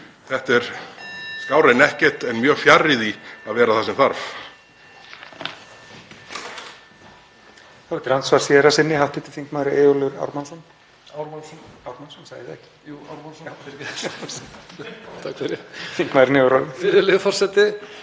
þetta er skárra en ekkert en mjög fjarri því að vera það sem þarf.